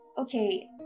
Okay